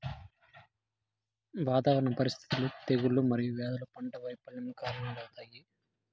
వాతావరణ పరిస్థితులు, తెగుళ్ళు మరియు వ్యాధులు పంట వైపల్యంకు కారణాలవుతాయి